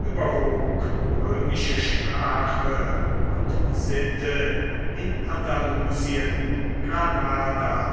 überwog römische sprache und sitte in andalusien granada